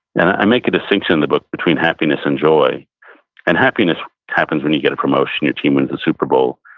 and i make a distinction in the book between happiness and joy. and happiness happens when you get a promotion, your team wins the super bowl.